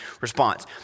response